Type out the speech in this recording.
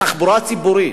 הדלק, התחבורה הציבורית.